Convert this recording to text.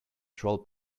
troll